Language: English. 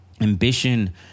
Ambition